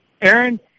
Aaron